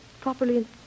properly